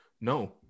No